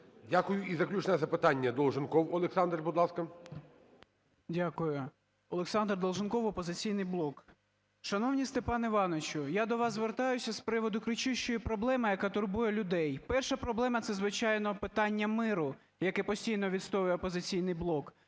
Дякую. І заключне запитання – Долженков Олександр, будь ласка. 11:05:20 ДОЛЖЕНКОВ О.В. Дякую. Олександр Долженков, "Опозиційний блок". Шановний Степане Івановичу, я до вас звертаюся з приводу кричущої проблеми, яка турбує людей. Перша проблема – це, звичайно, питання миру, яке постійно відстоює "Опозиційний блок".